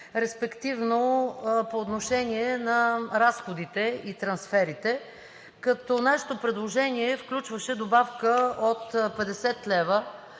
респективно по отношение на разходите и трансферите. Нашето предложение включваше добавка от 50 лв.